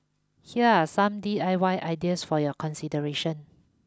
here are some D I Y ideas for your consideration